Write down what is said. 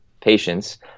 patients